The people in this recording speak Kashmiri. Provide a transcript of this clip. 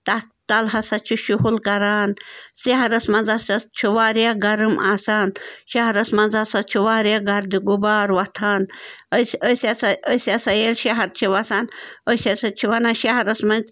تَتھ تَل ہَسا چھُ شُہُل کَران شہرَس منٛز ہَسا چھُ واریاہ گرم آسان شَہرَس منٛز ہَسا چھُ واریاہ گَردِ غُبار وۄتھان أسۍ أسۍ ہَسا أسۍ ہَسا ییٚلہِ شَہَر چھِ وَسان أسۍ ہَسا چھِ وَنان شَہرَس منٛز